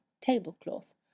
tablecloth